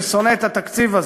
ששונא את התקציב הזה.